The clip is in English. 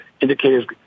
indicators